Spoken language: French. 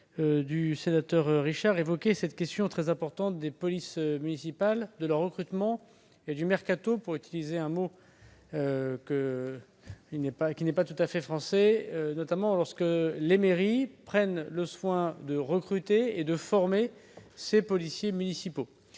du sénateur Richard, évoquer la question très importante des polices municipales, de leur recrutement et du mercato, si vous me permettez cette image, qui se produit, notamment lorsque les mairies prennent le soin de recruter et de former ces policiers municipaux.